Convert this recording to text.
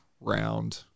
round